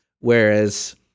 whereas